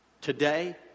Today